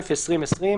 התשפ"א-2020,